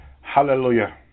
Hallelujah